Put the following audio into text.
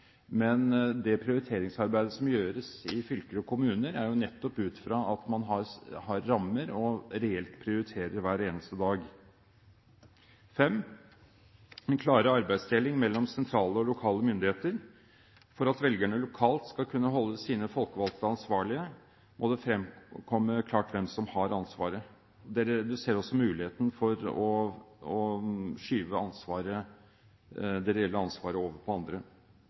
Men det prioriteringsarbeidet som gjøres i fylker og kommuner, er nettopp ut fra at man har rammer, og reelt prioriterer hver eneste dag. En klarere arbeidsdeling mellom sentrale og lokale myndigheter. For at velgerne lokalt skal kunne holde sine folkevalgte ansvarlig må det komme klart frem hvem som har ansvaret. Det reduserer også muligheten for å skyve det reelle ansvaret over på andre.